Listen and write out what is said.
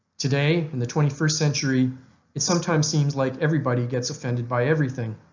today in the twenty first century it sometimes seems like everybody gets offended by everything.